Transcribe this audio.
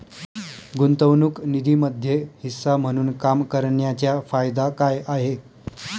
गुंतवणूक निधीमध्ये हिस्सा म्हणून काम करण्याच्या फायदा काय आहे?